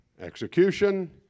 execution